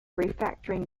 refactoring